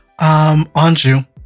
anju